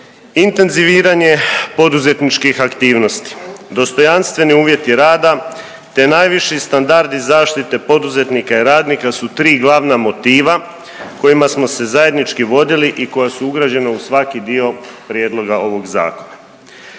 Intenziviranje poduzetničkih aktivnosti, dostojanstveni uvjeti rada te najviši standardi zaštite poduzetnika i radnika su tri glavna motiva kojima smo se zajednički vodili i koja su ugrađena u svaki dio prijedloga ovog zakona.